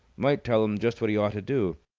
might tell him just what he ought to do.